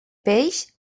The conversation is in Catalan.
peix